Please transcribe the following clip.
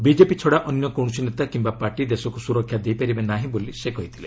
BJP ଛଡ଼ା ଅନ୍ୟ କୌଣସି ନେତା କିମ୍ବା ପାର୍ଟି ଦେଶକୁ ସୁରକ୍ଷା ଦେଇପାରିବ ନାହିଁ ବୋଲି ସେ କହିଥିଲେ